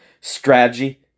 Strategy